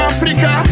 Africa